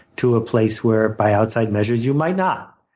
to a place where by outside measures you might not.